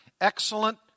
excellent